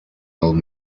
old